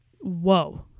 Whoa